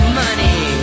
money